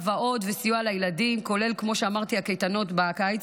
ועוד וסיוע לילדים כולל הקייטנות בקיץ,